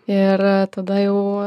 ir tada jau